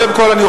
לא מפה ולא משם,